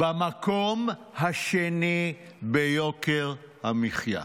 במקום השני ביוקר המחיה,